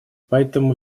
поэтому